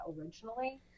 originally